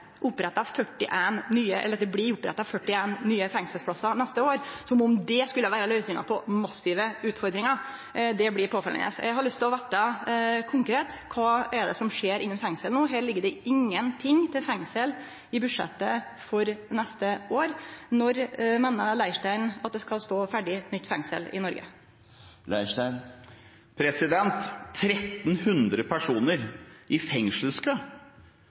det blir oppretta 41 nye fengselsplassar neste år – som om det skulle vere løysinga på massive utfordringar. Det blir påfallande. Eg har lyst å få vite kva som konkret skjer når det gjeld fengsel. Det ligg ingenting til fengsel i budsjettet for neste år. Når meiner Leirstein at eit nytt fengsel i Noreg skal stå ferdig? 1 300 personer i